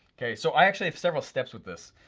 so i actually have several steps with this.